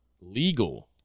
legal